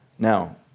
Now